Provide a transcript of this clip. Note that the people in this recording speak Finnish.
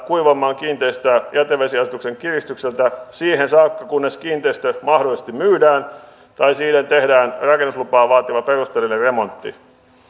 kuivan maan kiinteistöä jätevesiasetuksen kiristykseltä siihen saakka kunnes kiinteistö mahdollisesti myydään tai siihen tehdään rakennuslupaa vaativa perusteellinen remontti